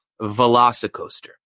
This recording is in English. Velocicoaster